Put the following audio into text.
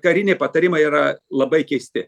kariniai patarimai yra labai keisti